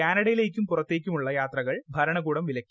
കാനഡയിലേക്കും പുറത്തേക്കുമുള്ള യാത്രകൾ ഭരണകൂടം വിലക്കി